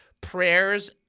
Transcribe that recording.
prayers